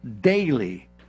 daily